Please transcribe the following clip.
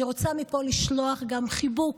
אני רוצה מפה לשלוח גם חיבוק,